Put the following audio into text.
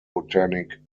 botanic